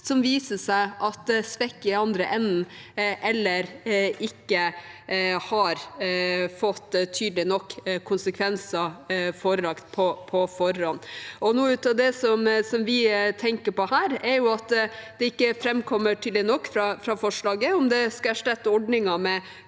som viser seg blir svekket i andre enden, eller ikke har fått tydelige nok konsekvenser forelagt på forhånd. Noe av det vi tenker på her, er at det ikke framkommer tydelig nok av forslaget om det f.eks. skal erstatte ordningen med